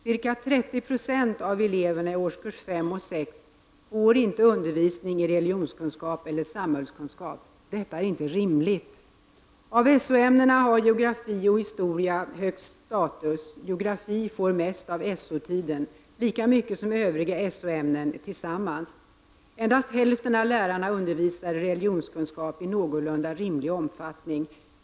Ca 30 20 av eleverna i årskurserna 5 och 6 får inte undervisning i vare sig religionskunskap eller samhällskunskap. Av SO-ämnena har geografi och historia den högsta statusen. Geografi får mest av SO-tiden — eller lika mycket som övriga SO-ämnen tillsammans. Endast hälften av lärarna undervisar i religionskunskap i någorlunda rimlig omfattning.